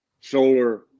Solar